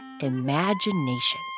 imagination